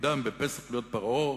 שתפקידם בפסח להיות פרעה,